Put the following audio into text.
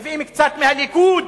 מביאים קצת מהליכוד.